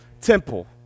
temple